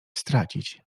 stracić